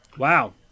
Wow